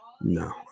no